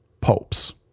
popes